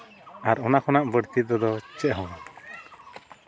ᱟᱨ ᱚᱱᱟ ᱠᱷᱚᱱᱟᱜ ᱵᱟᱲᱛᱤ ᱛᱮᱫᱚ ᱪᱮᱫ ᱦᱚᱸ ᱵᱟᱝ